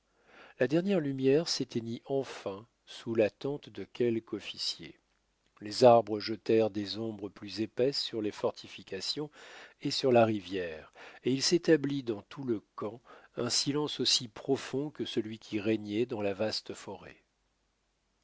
la dernière lumière s'éteignit enfin sous la tente de quelque officier les arbres jetèrent des ombres plus épaisses sur les fortifications et sur la rivière et il s'établit dans tout le camp un silence aussi profond que celui qui régnait dans la vaste forêt